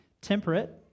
temperate